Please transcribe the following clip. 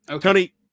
Tony